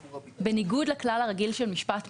שבניגוד לכלל הרגיל של משפט מינהלי,